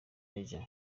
major